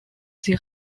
sie